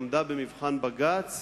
עמדה במבחן בג"ץ,